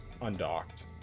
undocked